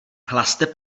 hlaste